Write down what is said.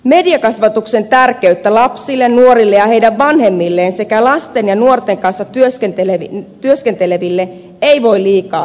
mediakasvatuksen tärkeyttä lapsille nuorille ja heidän vanhemmilleen sekä lasten ja nuorten kanssa työskenteleville ei voi liikaa korostaa